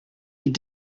die